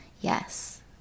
yes